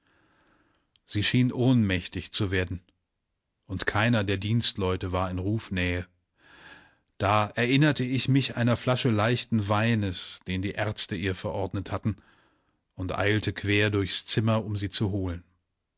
sie schien ohnmächtig zu werden und keiner der dienstleute war in rufnähe da erinnerte ich mich einer flasche leichten weines den die ärzte ihr verordnet hatten und eilte quer durchs zimmer um sie zu holen